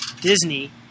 Disney